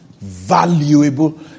valuable